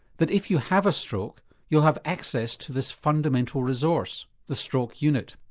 that if you have a stroke you'll have access to this fundamental resource, the stroke unit?